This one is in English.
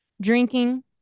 drinking